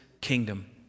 kingdom